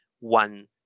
one